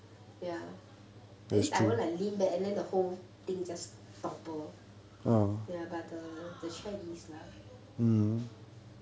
at least I won't I lean back and then the whole thing just topple ya but the the chair is lah